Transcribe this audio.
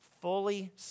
fully